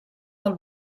del